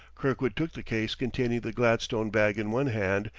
kirkwood took the case containing the gladstone bag in one hand,